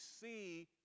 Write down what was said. see